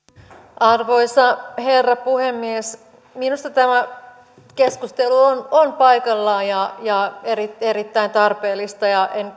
arvoisa herra puhemies minusta tämä keskustelu on paikallaan ja ja on erittäin tarpeellista en